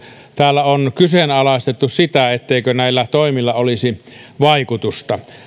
täällä on kyseenalaistettu sitä etteikö näillä toimilla olisi vaikutusta